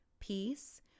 peace